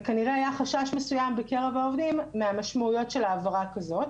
וכנראה היה חשש מסויים בקרב העובדים מהמשמעויות של העברה כזאת.